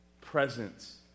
presence